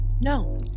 no